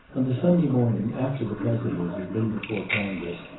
on the sunday morning after the president had been before congress,